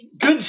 Good